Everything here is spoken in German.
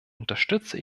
unterstütze